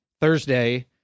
Thursday